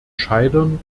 scheitern